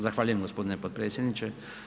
Zahvaljujem gospodine potpredsjedniče.